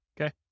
okay